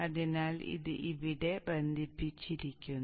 അതിനാൽ ഇത് ഇവിടെ ബന്ധിപ്പിച്ചിരിക്കുന്നു